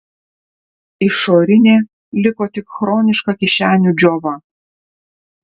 išorinė liko tik chroniška kišenių džiova